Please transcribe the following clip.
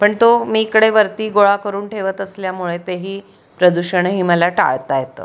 पण तो मी इकडे वरती गोळा करून ठेवत असल्यामुळे तेही प्रदूषणही मला टाळता येतं